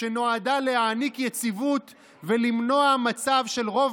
שנועדה להעניק יציבות ולמנוע מצב של רוב